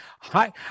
hi